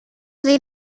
sie